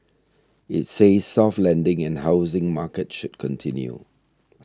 it says soft landing in housing market should continue